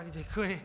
Děkuji.